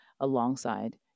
alongside